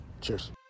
Cheers